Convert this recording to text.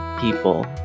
people